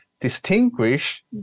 distinguish